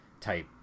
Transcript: type